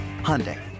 Hyundai